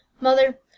mother